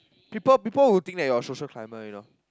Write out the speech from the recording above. people people who think that you're a social climber you know